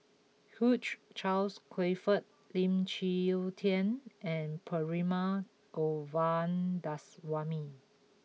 Hugh Charles Clifford Lim Chwee Chian and Perumal Govindaswamy